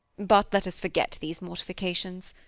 but let us forget these mortifications.